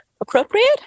appropriate